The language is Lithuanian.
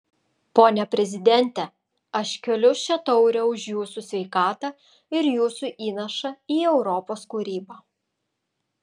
pone prezidente aš keliu šią taurę už jūsų sveikatą ir jūsų įnašą į europos kūrybą